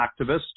activist